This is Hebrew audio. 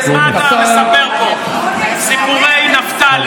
אז מה אתה מספר פה סיפורי נפתלי?